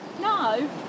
No